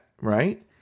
right